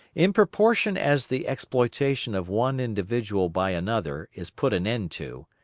in proportion as the exploitation of one individual by another is put an end to,